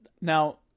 now